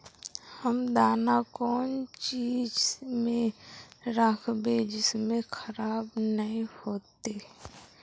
हम दाना कौन चीज में राखबे जिससे खराब नय होते?